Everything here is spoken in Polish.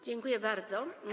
Dziękuję bardzo.